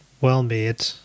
well-made